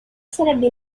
sarebbe